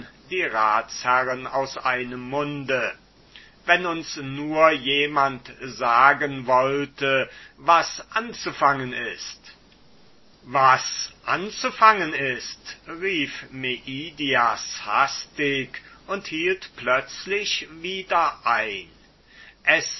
die ratsherren aus einem munde wenn uns nur jemand sagen wollte was anzufangen ist was anzufangen ist rief meidias hastig und hielt plötzlich wieder inne es